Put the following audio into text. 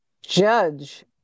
judge